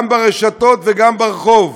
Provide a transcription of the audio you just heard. גם ברשתות וגם ברחוב.